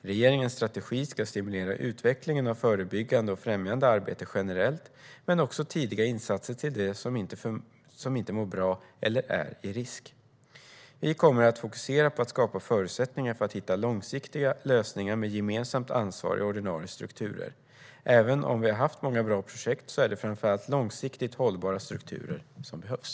Regeringens strategi ska stimulera utvecklingen av förebyggande och främjande arbete generellt, men också tidiga insatser till dem som inte mår bra eller är i risk. Vi kommer att fokusera på att skapa förutsättningar för att hitta långsiktiga lösningar med gemensamt ansvar i ordinarie strukturer. Även om vi har haft många bra projekt är det framför allt långsiktigt hållbara strukturer som behövs.